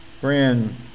Friend